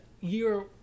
year